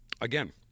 Again